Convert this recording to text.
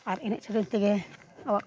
ᱟᱨ ᱤᱱᱟᱹ ᱪᱷᱟᱰᱟ ᱠᱟᱛᱮᱫ ᱜᱮ ᱟᱵᱚᱣᱟᱜ